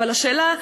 אבל השאלה,